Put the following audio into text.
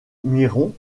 muiron